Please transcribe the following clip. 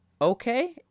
Okay